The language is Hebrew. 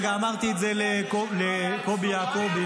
וגם אמרתי את זה לקובי יעקובי,